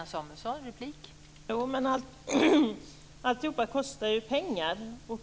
Fru talman! Jo, men alltihop kostar ju pengar.